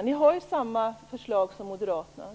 Ni har ju samma förslag som Moderaterna.